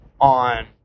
on